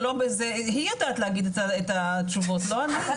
היא יודעת להגיד את התשובות לא אני.